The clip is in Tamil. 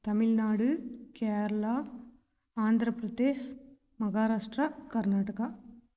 தமிழ்நாடு கேரளா ஆந்திரப்பிரதேஷ் மகாராஷ்ட்ரா கர்நாடகா